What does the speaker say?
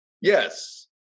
Yes